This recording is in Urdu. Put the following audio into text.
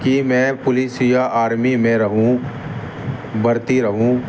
کہ میں پولیس یا آرمی میں رہوں بڑتی رہوں